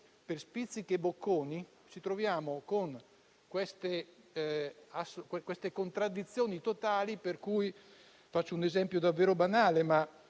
per spizzichi e bocconi, ci troviamo con queste contraddizioni totali, di cui faccio un esempio davvero banale.